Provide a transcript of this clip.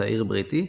צעיר בריטי,